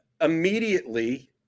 immediately